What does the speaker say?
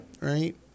Right